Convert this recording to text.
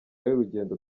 y’urugendo